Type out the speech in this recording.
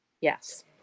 Yes